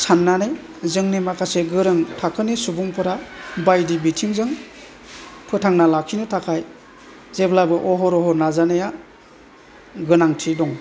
साननानै जोंनि माखासे गोरों थाखोनि सुबुंफोरा बायदि बिथिंजों फोथांना लाखिनो थाखाय जेब्लाबो अहर अहर नाजानाया गोनांथि दं